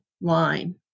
line